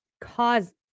cause